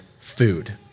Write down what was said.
food